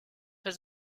was